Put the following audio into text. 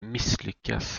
misslyckas